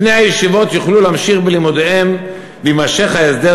בני הישיבות יוכלו להמשיך בלימודיהם ויימשך ההסדר